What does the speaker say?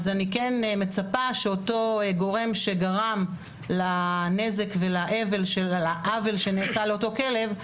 אני כן מצפה שאותו גורם שגרם לנזק ולאבל שנעשה לאותו כלב,